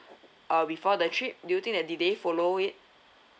uh before the trip do you think that did they they follow it